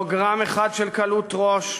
לא גרם אחד של קלות ראש,